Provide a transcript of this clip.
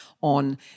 on